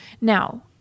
Now